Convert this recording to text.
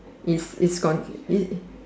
is is con it